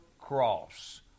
cross